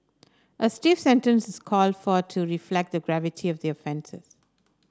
a stiff sentence's called for to reflect the gravity of the offences